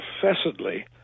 professedly